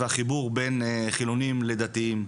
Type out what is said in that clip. והחיבור בין חילונים לדתיים,